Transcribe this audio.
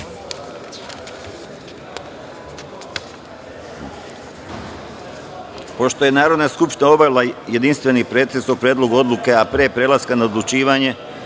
je Narodna skupština obavila jedinstveni pretres o predlogu odluke, a pre prelaska na odlučivanje,